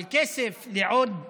אבל כסף לעוד